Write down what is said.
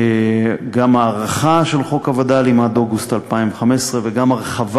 גם בהארכה של חוק הווד"לים עד אוגוסט 2015 וגם בהרחבה